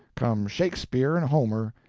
come shakespeare and homer,